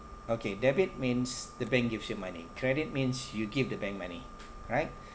okay debit means the bank gives you money credit means you give the bank money right